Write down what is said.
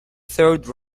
third